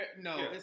No